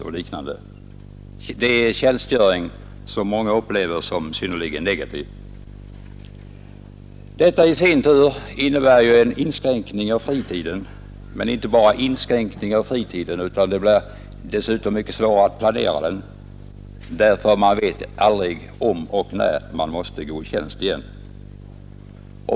Det är en tjänstgöring som många upplever synnerligen negativt. Detta i sin tur innebär ju en inskränkning av fritiden. Det blir dessutom mycket svårare att planera fritiden därför att man aldrig vet om och när man måste gå i tjänst igen.